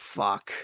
fuck